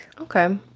Okay